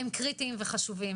הם קריטיים וחשובים.